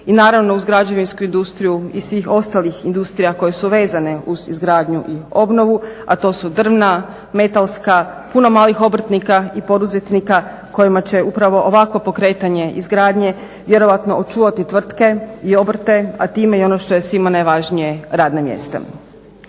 i naravno uz građevinsku industriju i svih ostalih industrija koje su vezane uz izgradnju i obnovu, a to su drvna, metalska, puno malih obrtnika i poduzetnika kojima će upravo ovakvo pokretanje izgradnje vjerojatno očuvati tvrtke i obrte, a time i ono što je svima najvažnije radna mjesta.